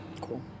Cool